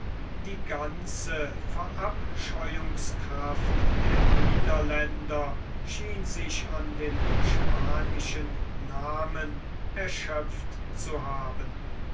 die ganze verabscheuungskraft der niederländer schien sich an dem spanischen namen erschöpft zu haben